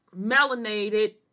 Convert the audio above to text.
melanated